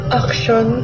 action